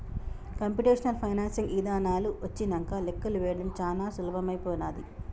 computational financing ఇదానాలు వచ్చినంక లెక్కలు వేయడం చానా సులభమైపోనాది